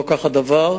לא כך הדבר.